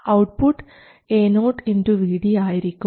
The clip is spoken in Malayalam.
ഔട്ട്പുട്ട് Ao Vd ആയിരിക്കും